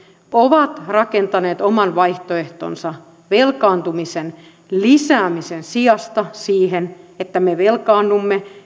ovat rakentaneet oman vaihtoehtonsa velkaantumisen lisäämisen sijasta siten että me velkaannumme